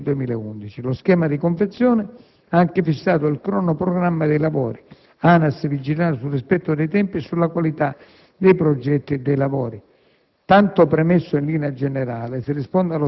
con ultimazione dei lavori tra il 2010 e il 2011. Lo schema di convenzione ha anche fissato il cronoprogramma dei lavori. ANAS vigilerà sul rispetto dei tempi e sulla qualità dei progetti e dei lavori.